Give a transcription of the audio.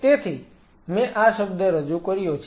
તેથી મેં આ શબ્દ રજૂ કર્યો છે